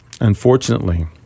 unfortunately